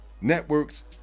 networks